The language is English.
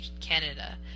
Canada